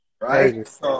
right